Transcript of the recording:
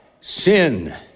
sin